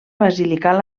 basilical